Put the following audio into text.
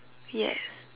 yes